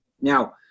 Now